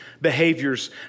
behaviors